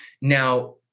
now